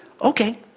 Okay